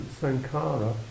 Sankara